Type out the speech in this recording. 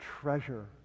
treasure